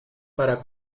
para